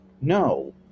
no